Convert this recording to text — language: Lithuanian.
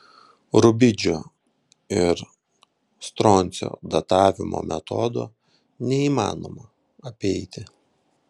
rubidžio ir stroncio datavimo metodo neįmanoma apeiti